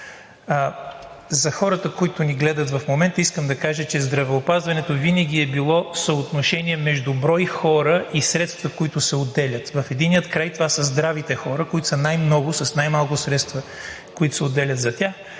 За хората, които ни гледат в момента, искам да кажа, че здравеопазването винаги е било съотношение между брой хора и средствата, които се отделят. В единия край това са здравите хора, които са най-много – с най-малко средства, които се отделят за тях,